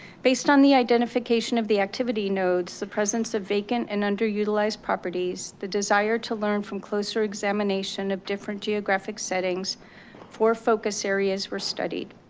based on the identification of the activity nodes the presence of vacant and underutilized properties the desire to learn from closer examination of different geographic settings four focus areas were studied.